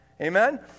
Amen